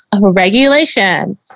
regulation